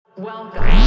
Welcome